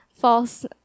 false